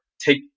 take